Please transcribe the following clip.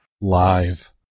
live